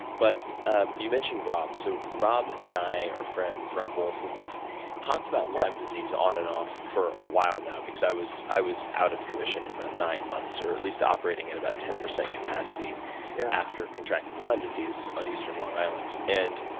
but ah you mentioned robb, so robb and i are friends, robb wolf, and we've talked about lyme disease on and off for a while now because i was i was out of commission for about nine months or at least operating at about ten percent capacity after contracting lyme disease on eastern long island. and